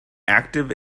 active